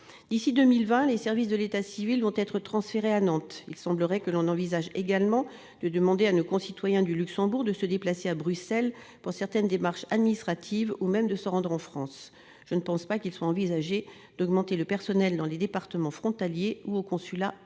D'ici à 2020, les services de l'état civil vont être transférés à Nantes. Il semblerait que l'on envisage également de demander à nos concitoyens du Luxembourg de se déplacer à Bruxelles pour certaines démarches administratives ou même de se rendre en France. Or je ne pense pas qu'il soit envisagé d'augmenter le personnel dans les départements frontaliers ou au consulat à